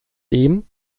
dem